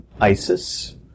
ISIS